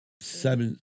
seven